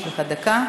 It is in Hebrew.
יש לך דקה.